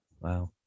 Wow